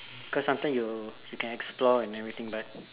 cause sometimes you will you can explore everything but